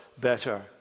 better